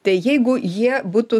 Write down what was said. tai jeigu jie būtų